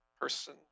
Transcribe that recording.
person